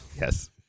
yes